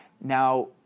Now